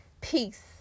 Peace